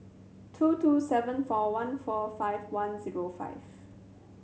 two two seven four one four five one zero five